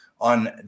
on